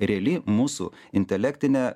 reali mūsų intelektinė